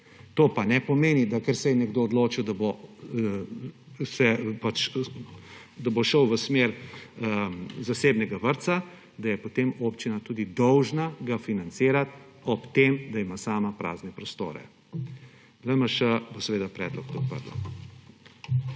To pa ne pomeni, da ker se je nekdo odločil, da bo šel v smer zasebnega vrtca, da je potem občina tudi dolžna ga financirati, ob tem da ima sama prazne prostore. LMŠ bo seveda predlog podprla.